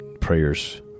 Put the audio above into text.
Prayers